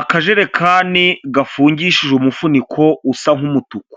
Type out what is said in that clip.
Akajerekani gafungishije umufuniko usa nk'umutuku.